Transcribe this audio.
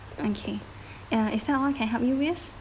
uh okay is that [one] can help you with